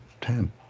ten